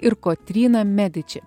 ir kotryną mediči